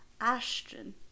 Ashton